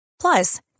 Plus